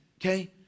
okay